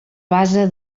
base